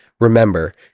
remember